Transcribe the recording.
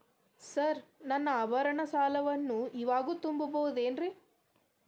Sir ನನ್ನ ಆಭರಣ ಸಾಲವನ್ನು ಇವಾಗು ತುಂಬ ಬಹುದೇನ್ರಿ?